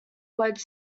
wedge